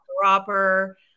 proper